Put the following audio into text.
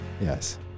Yes